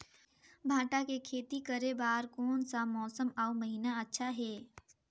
भांटा के खेती करे बार कोन सा मौसम अउ महीना अच्छा हे?